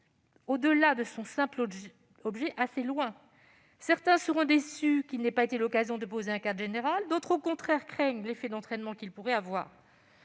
au-delà de son simple objet. Certains seront déçus qu'il n'ait pas été l'occasion de poser un cadre général ; d'autres, au contraire, craignent l'effet d'entraînement qu'il pourrait avoir.